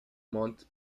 mont